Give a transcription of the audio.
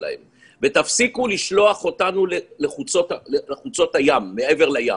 תפסיקו לשלוח אותנו מעבר לים.